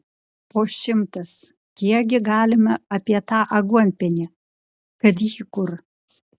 po šimtas kiekgi galima apie tą aguonpienį kad jį kur